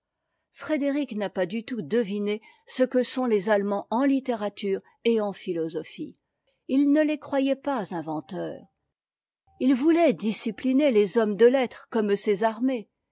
frédéric n'a pas du tout deviné ce que sont les allemands en littérature et en philosophie il ne les croyait pas inventeurs ït voulait discipliner les hommes de lettres comme ses armées